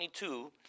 22